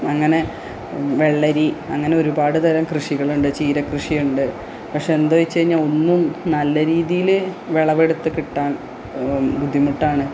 അങ്ങനെ വെള്ളരി അങ്ങനെ ഒരുപാട് തരം കൃഷികളുണ്ട് ചീരകൃഷി ഉണ്ട് പക്ഷെ എന്തുവച്ച് കഴിഞ്ഞ ഒന്നും നല്ല രീതിയിൽ വിളവെടുത്ത് കിട്ടാൻ ബുദ്ധിമുട്ടാണ്